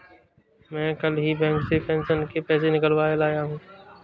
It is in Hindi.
मैं कल ही बैंक से पेंशन के पैसे निकलवा के लाया हूँ